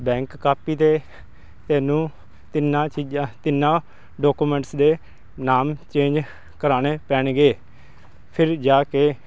bank copy ਅਤੇ ਤੈਨੂੰ ਤਿੰਨਾਂ ਚੀਜ਼ਾਂ ਤਿੰਨਾਂ ਡਾਕੂਮੈਂਟਸ ਦੇ ਨਾਮ ਚੇਂਜ ਕਰਾਉਣੇ ਪੈਣਗੇ ਫਿਰ ਜਾ ਕੇ